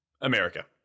America